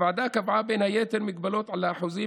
הוועדה קבעה בין היתר הגבלות על האחוזים